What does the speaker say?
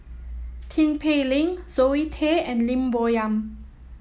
Tin Pei Ling Zoe Tay and Lim Bo Yam